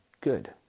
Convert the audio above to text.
good